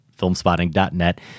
filmspotting.net